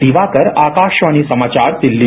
दिवाकर आकाशवाणी समाचार दिल्ली